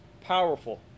powerful